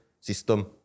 system